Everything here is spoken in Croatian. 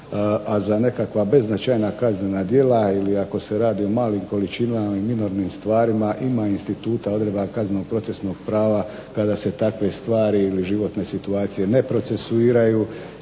a za nekakva beznačajna kaznena djela ili ako se radi o malim količinama i minornim stvarima ima instituta odredba kaznenog procesnog prava kada se takve stvari ili životne situacije ne procesuiraju